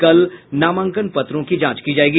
कल नामांकन पत्रों की जांच की जायेगी